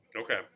Okay